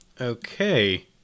Okay